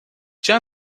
già